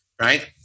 right